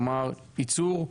כלומר, ייצור,